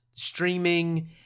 Streaming